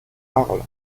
arles